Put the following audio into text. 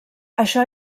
això